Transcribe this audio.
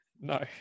No